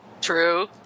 True